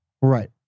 Right